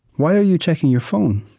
why are you checking your phone?